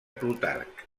plutarc